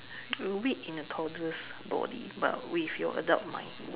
awake in a toddler's body but with your adult mind